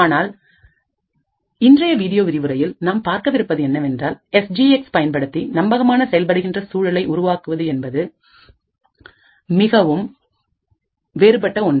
ஆனால் இன்றைய வீடியோ விரிவுரையில் நாம் பார்க்க விருப்பது என்னவென்றால் எஸ் ஜி எக்ஸ் பயன்படுத்தி நம்பகமான செயல்படுகின்ற சூழலை உருவாக்குவது என்பது மிகவும் வேறுபட்ட ஒன்று